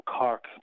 Cork